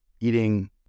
eating